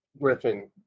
Griffin